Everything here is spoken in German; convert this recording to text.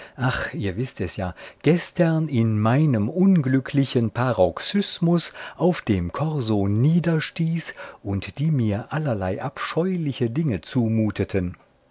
ihr wißt es ja gestern in meinem unglücklichen paroxysmus auf dem korso niederstieß und die mir allerlei abscheuliche dinge zumuteten